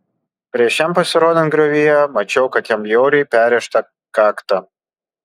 prieš jam pasirodant griovyje mačiau kad jam bjauriai perrėžta kakta